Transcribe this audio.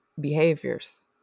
behaviors